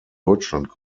deutschland